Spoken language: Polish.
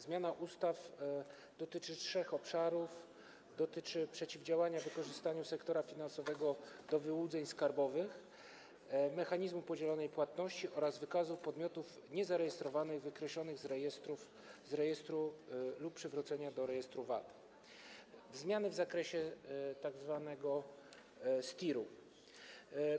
Zmiana ustaw dotyczy trzech obszarów - dotyczy przeciwdziałania wykorzystaniu sektora finansowego do wyłudzeń skarbowych, mechanizmu podzielonej płatności oraz wykazu podmiotów niezarejestrowanych, wykreślonych z rejestru lub przywróconych do rejestru VAT, zmiany w zakresie tzw. STIR-u.